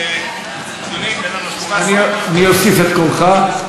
אדוני, אני אוסיף את קולך.